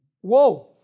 Whoa